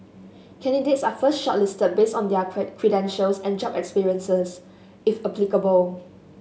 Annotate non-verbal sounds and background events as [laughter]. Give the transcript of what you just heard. candidates are first shortlisted based on their [unintelligible] credentials and job experiences if applicable